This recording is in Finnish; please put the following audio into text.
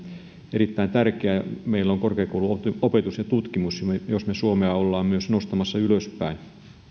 erittäin tärkeää meillä on korkeakoulu opetus ja tutkimus jos me suomea olemme myös nostamassa ylöspäin